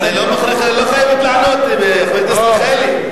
את לא מוכרחה לענות, חברת הכנסת מיכאלי.